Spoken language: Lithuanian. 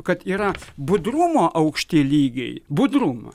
kad yra budrumo aukšti lygiai budrumą